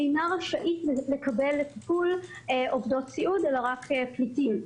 אינה רשאית לקבל לטיפול עובדות סיעוד אלא רק פליטים.